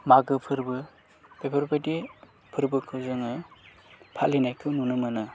मागो फोरबो बेफोरबायदि फोरबोखौ जोङो फालिनायखौ नुनो मोनो